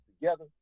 together